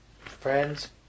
friends